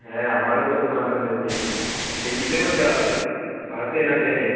হ্যাঁ আমারও তো খুব আনন্দ হচ্ছে যে কীসে করে যাওয়া হবে বাসে না ট্রেনে